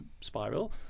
spiral